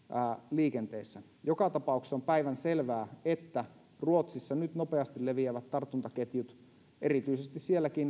liikenteessä joka tapauksessa on päivänselvää että ruotsissa nyt nopeasti leviävät tartuntaketjut erityisesti siellä